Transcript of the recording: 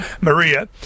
Maria